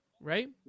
Right